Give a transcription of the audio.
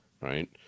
right